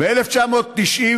ב-1992